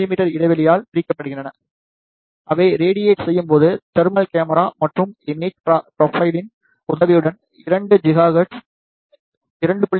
me இடைவெளியால் பிரிக்கப்படுகின்றன அவை ரேடியட் செய்யும்போது தெர்மல் கேமரா மற்றும் இமேஜ் ப்ரொபைலின் உதவியுடன் 2 GHz 2